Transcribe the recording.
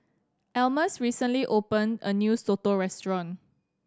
Almus recently opened a new soto restaurant